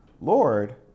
Lord